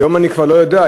היום אני כבר לא יודע.